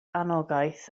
anogaeth